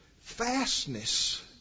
fastness